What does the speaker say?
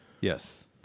Yes